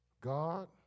God